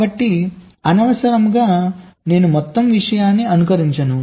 కాబట్టి అనవసరంగా నేను మొత్తం విషయాన్ని అనుకరించను